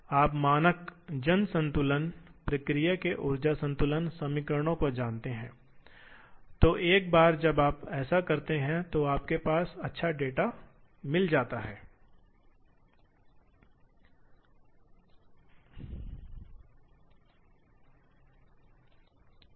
इसलिए समन्वित प्रणालियों को परिभाषित करना मौलिक है क्योंकि सभी भाग कार्यक्रम निर्देश दिए गए हैं उनमें से अधिकांश विशेष रूप से मुख्य काटने के निर्देश भाग कार्यक्रम निर्देश सभी शामिल हैं आप विभिन्न समन्वय जानते हैं इसलिए समन्वय स्थान वास्तव में बहुत सरल है